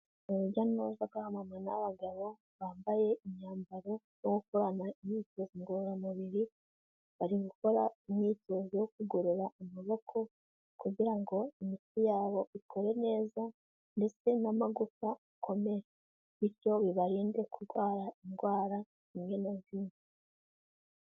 Urujya n'uruza rw'abamama n'abagabo bambaye imyambaro yo gukorana imyitozo ngororamubiri, bari gukora imyitozo yo kugorora amaboko kugira ngo imitsi yabo ikore neza, ndetse n'amagufa akomeye bityo bibarinde kurwara indwara na zimwe.